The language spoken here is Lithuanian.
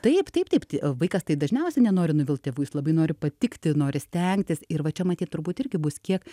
taip taip taip tai vaikas tai dažniausiai nenori nuvilt tėvų jis labai nori patikti nori stengtis ir va čia matyt turbūt irgi bus kiek